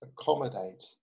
accommodate